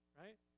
right